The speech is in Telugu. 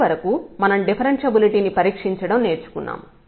ఇప్పటివరకు మనం డిఫరెన్షబులిటీ ని పరీక్షించడం నేర్చుకున్నాం